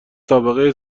سابقه